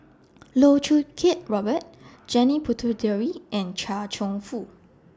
Loh Choo Kiat Robert Janil Puthucheary and Chia Cheong Fook